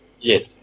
yes